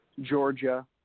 Georgia